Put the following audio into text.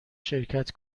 شرکت